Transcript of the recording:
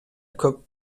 көп